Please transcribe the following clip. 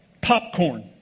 popcorn